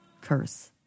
Curse